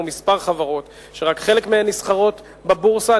או כמה חברות שרק חלק מהן נסחרות בבורסה,